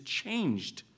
changed